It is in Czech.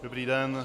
Dobrý den.